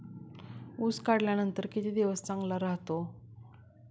ऊस काढल्यानंतर किती दिवस चांगला राहतो?